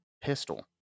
pistol